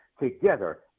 together